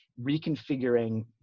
reconfiguring